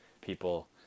people